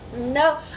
no